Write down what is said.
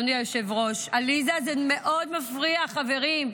אדוני היושב-ראש, עליזה, זה מאוד מפריע, חברים.